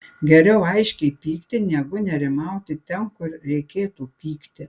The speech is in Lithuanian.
geriau aiškiai pykti negu nerimauti ten kur reikėtų pykti